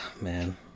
man